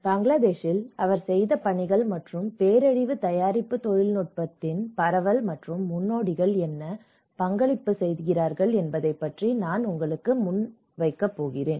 பங்களாதேஷில் அவர் செய்த பணிகள் மற்றும் பேரழிவு தயாரிப்பு தொழில்நுட்பத்தின் பரவல் மற்றும் முன்னோடிகள் என்ன பங்களிப்பு செய்கிறார்கள் என்பதைப் பற்றி நான் உங்களுக்கு முன்வைக்கப் போகிறேன்